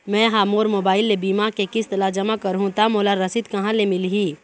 मैं हा मोर मोबाइल ले बीमा के किस्त ला जमा कर हु ता मोला रसीद कहां ले मिल ही?